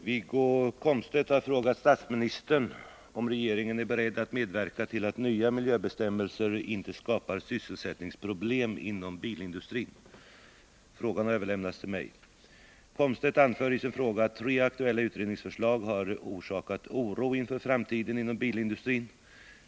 Herr talman! Wiggo Komstedt har frågat statsministern om regeringen är beredd att medverka till att nya miljöbestämmelser inte skapar sysselsättningsproblem inom bilindustrin. Frågan har överlämnats till mig. Wiggo Komstedt anför i sin fråga att tre aktuella utredningsförslag har orsakat oro inför framtiden inom bilindustrin.